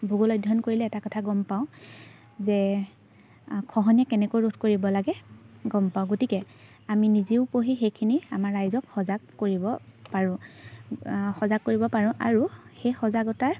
ভূগোল অধ্যয়ন কৰিলে এটা কথা গম পাওঁ যে খহনীয়া কেনেকৈ ৰোধ কৰিব লাগে গম পাওঁ গতিকে আমি নিজেও পঢ়ি সেইখিনি আমাৰ ৰাইজক সজাগ কৰিব পাৰোঁ সজাগ কৰিব পাৰোঁ আৰু সেই সজাগতাৰ